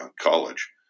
college